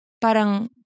parang